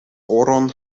oron